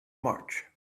march